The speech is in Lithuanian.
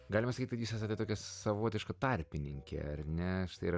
galima sakyti kad jūs esate tokia savotiška tarpininkė ar ne štai yra